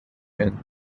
and